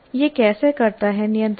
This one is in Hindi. यह कैसे करता है नियंत्रण